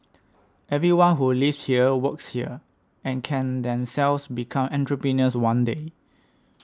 everyone who lives here works here and can themselves become entrepreneurs one day